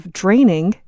draining